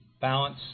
balance